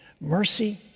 Mercy